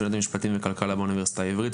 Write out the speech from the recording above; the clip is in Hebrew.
סטודנט לכלכלה באוניברסיטה העברית,